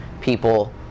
people